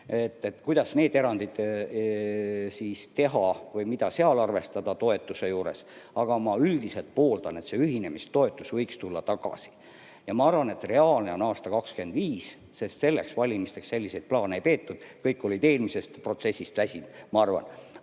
Kuidas need erandid teha või mida arvestada toetuse juures? Aga ma üldiselt pooldan, et see ühinemistoetus võiks tulla tagasi. Ma arvan, et reaalne on aasta 2025, sest nendeks valimisteks selliseid plaane ei peetud, kõik olid eelmisest protsessist väsinud, ma arvan.